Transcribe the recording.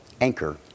Anchor